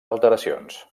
alteracions